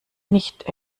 nicht